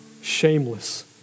shameless